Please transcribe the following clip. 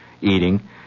eating